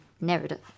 narrative